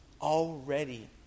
already